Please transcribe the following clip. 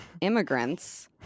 immigrants